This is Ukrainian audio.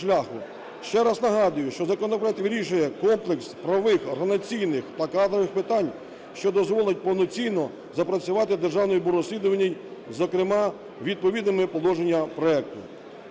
шляху. Ще раз нагадую, що законопроект вирішує комплекс правових, організаційних та кадрових питань, що дозволить повноцінно запрацювати Державному бюро розслідувань, зокрема відповідним положенням проекту.